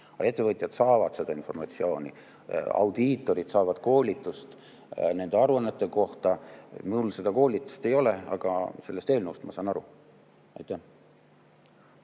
ettevõtjad saavad seda informatsiooni, audiitorid saavad koolitust nende aruannete kohta. Mul seda koolitust ei ole, aga sellest eelnõust ma saan aru. Anti